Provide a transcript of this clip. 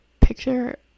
picture